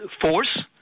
force